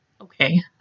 Okay